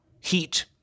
Heat